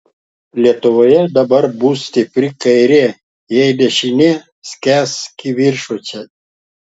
lietuvoje dabar bus stipri kairė jei dešinė skęs kivirčuose